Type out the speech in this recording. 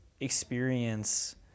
experience